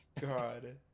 God